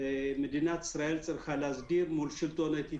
שמדינת ישראל צריכה להסדיר מול השלטונות של